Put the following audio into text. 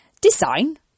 Design